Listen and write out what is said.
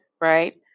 right